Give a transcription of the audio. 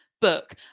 book